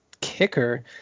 kicker